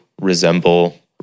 resemble